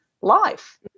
life